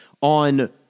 on